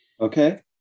Okay